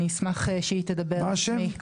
אני אשמח שהיא תדבר בשמי.